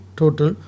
total